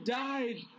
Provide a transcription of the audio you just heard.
died